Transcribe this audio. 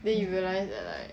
then you realise that like